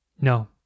no